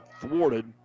thwarted